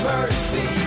Mercy